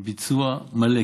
עם ביצוע מלא,